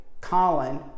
colin